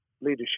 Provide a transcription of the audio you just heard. leadership